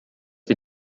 wir